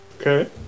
Okay